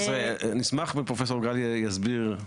נשמח אם פרופסור גל יסביר.